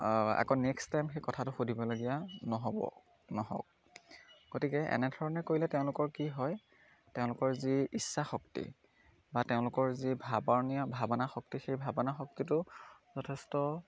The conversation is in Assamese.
আকৌ নেক্সট টাইম সেই কথাটো সুধিবলগীয়া নহ'ব নহওক গতিকে এনেধৰণে কৰিলে তেওঁলোকৰ কি হয় তেওঁলোকৰ যি ইচ্ছা শক্তি বা তেওঁলোকৰ যি ভাৱনীয় ভাৱনা শক্তি সেই ভাৱনা শক্তিটো যথেষ্ট